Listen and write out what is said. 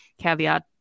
caveat